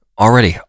already